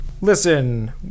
Listen